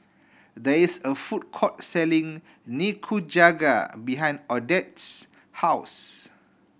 there is a food court selling Nikujaga behind Odette's house